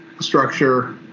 structure